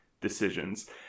decisions